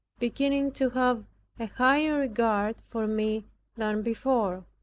beginning to have a higher regard for me than before.